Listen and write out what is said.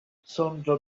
sonĝo